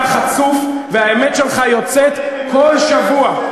אתה חצוף והאמת שלך יוצאת כל שבוע.